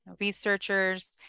researchers